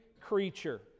creature